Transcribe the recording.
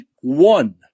one